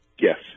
Yes